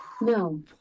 no